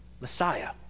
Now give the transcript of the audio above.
messiah